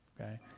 Okay